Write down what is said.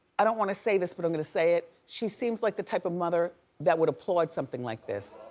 i don't wanna say this but i'm gonna say it, she seems like the type of mother that would applaud something like this.